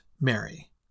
Mary